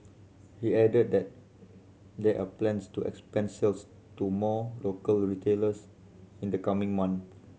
he added that there are plans to expand sales to more local retailers in the coming months